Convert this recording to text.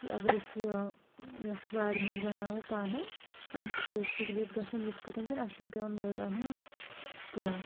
یہِ اَگر أسۍ یہِ یَتھ وارِ منٛز بَناوو پانٔے اَمہِ سۭتۍ چھِ اسہِ سہوٗلیت گژھان یِتھ کٲٹھۍ زِ اسہِ چھُنہٕ پیٚوان مٔلۍ اَنُن کیٚنٛہہ